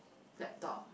laptop